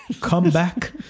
comeback